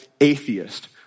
atheist